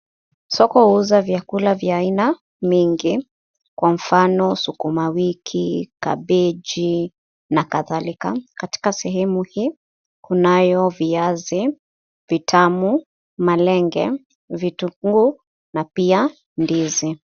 Soko huuza vyakula vya aina mingi. Kwa mfano sukumawiki, kabeji, na kadhalika. Katika sehemu hii, kunayo viazi vitamu, malenge ,vitunguu na pia ndizi.